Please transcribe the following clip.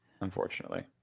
unfortunately